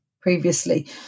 previously